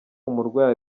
umurwayi